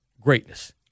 Greatness